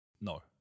no